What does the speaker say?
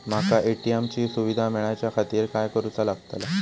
माका ए.टी.एम ची सुविधा मेलाच्याखातिर काय करूचा लागतला?